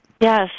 Yes